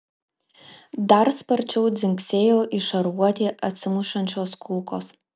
dar sparčiau dzingsėjo į šarvuotį atsimušančios kulkos